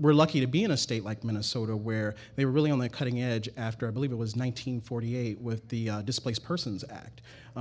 we're lucky to be in a state like minnesota where they were really on the cutting edge after i believe it was one nine hundred forty eight with the displaced persons act